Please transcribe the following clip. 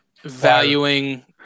valuing